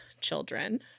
children